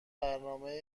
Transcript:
برنامه